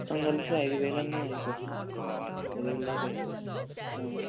మొత్తం కలిసి ఐదు వేలన్నా అవుతుంది సార్ ఐదు వేలు దాకా అవుతుంది